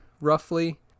roughly